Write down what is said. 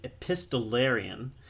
epistolarian